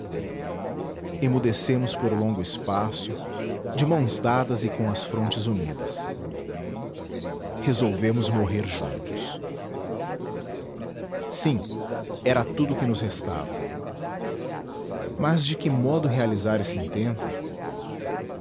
emudecemos por longo espaço de mãos dadas e com as frontes unidas resolvemos morrer juntos sim era tudo que nos restava mas de que modo realizar esse intento